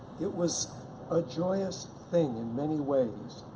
it was a joyous thing in many ways.